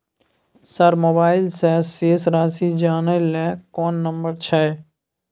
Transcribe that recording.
Sir mobile से शेस राशि जानय ल कोन नंबर छै?